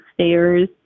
stairs